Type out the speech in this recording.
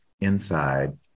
inside